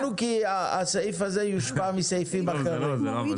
כי הסעיף הזה יושפע מסעיפים אחרים.